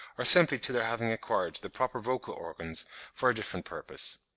or simply to their having acquired the proper vocal organs for a different purpose.